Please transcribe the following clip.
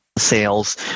Sales